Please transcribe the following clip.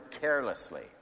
carelessly